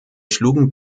schlugen